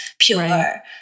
pure